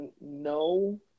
no